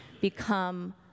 become